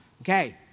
okay